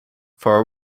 for